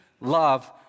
love